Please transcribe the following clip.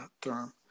term